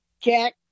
Jack